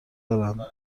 دارند